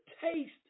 taste